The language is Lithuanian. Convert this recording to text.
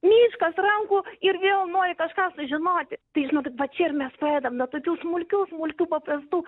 miškas rankų ir vėl nori kažką sužinoti tai žinokit va čia ir mes pradedam nuo tokių smulkių smulkių paprastų